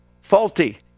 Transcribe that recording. faulty